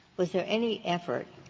was there any effort